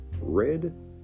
red